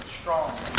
strong